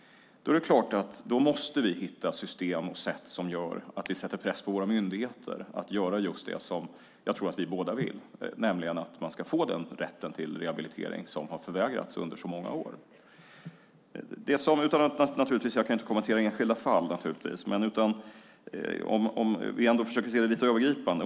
Då är det klart att vi måste hitta system och sätt att sätta press på våra myndigheter att göra det som jag tror att vi båda vill, nämligen se till att man får den rätt till rehabilitering som man har förvägrats under så många år. Jag kan naturligtvis inte kommentera enskilda fall, men låt oss försöka se detta lite övergripande.